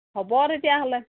হ'ব তেতিয়াহ'লে